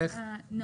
התקציבים.